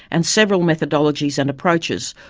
and several methodologies and approaches,